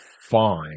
fine